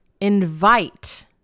invite